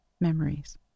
memories